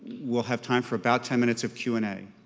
we'll have time for about ten minutes of q and a.